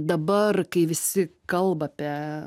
dabar kai visi kalba apie